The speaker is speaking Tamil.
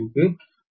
க்கு 0